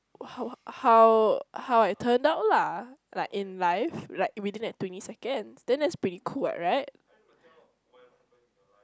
how how how I turn out lah like in life like within that twenty seconds then that's pretty cool right